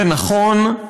זה נכון,